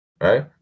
right